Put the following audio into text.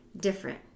different